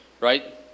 right